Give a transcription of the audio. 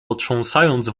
potrząsając